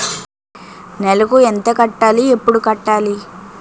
నెలకు ఎంత కట్టాలి? ఎప్పుడు కట్టాలి?